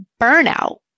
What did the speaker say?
burnout